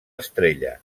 estrella